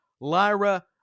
Lyra